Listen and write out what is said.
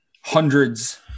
hundreds